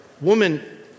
woman